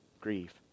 grief